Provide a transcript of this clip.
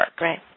Right